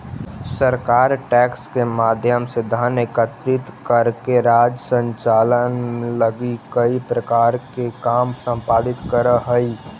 सरकार टैक्स के माध्यम से धन एकत्रित करके राज्य संचालन लगी कई प्रकार के काम संपादित करऽ हई